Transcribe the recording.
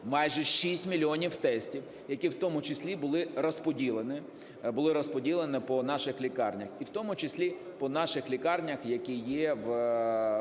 Майже 6 мільйонів тестів, які в тому числі були розподілені по наших лікарнях і в тому числі по наших лікарнях, якими є